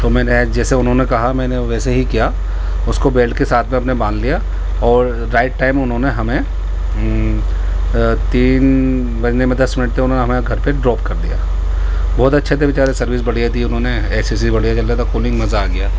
تو میں نے جیسے انہوں نے کہا میں نے ویسے ہی کیا اس کو بیلٹ کے ساتھ میں اپنے باندھ لیا اور رائٹ ٹائم انہوں نے ہمیں تین بجنے میں دس منٹ تھے انہوں نے ہمیں گھر پہ ڈراپ کر دیا بہت اچھے تھے بیچارے سروس بڑھیا دی انہوں نے ایسی ویسی بڑھیا چل رہا تھا کولنگ مزہ آ گیا